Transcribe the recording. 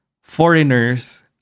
foreigners